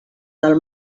del